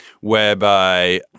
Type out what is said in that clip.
whereby